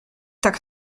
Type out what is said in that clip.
tak